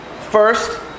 First